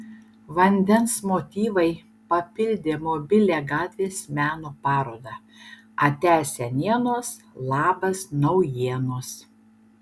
vandens motyvai papildė mobilią gatvės meno parodą atia senienos labas naujienos